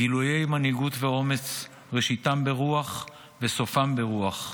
גילויי מנהיגות ואומץ, ראשיתם ברוח וסופם ברוח.